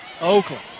Oakland